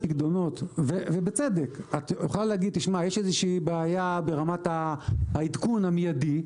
את יכולה להגיד שיש בעיה ברמת העדכון המיידי,